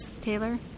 Taylor